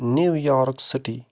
New York City